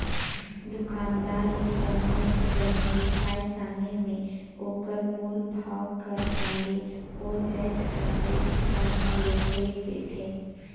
दुकानदार ले कोनो जाएत बिसाए समे में ओकर मूल भाव कर संघे ओ जाएत कर टेक्स ल घलो भइर देथे